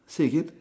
say again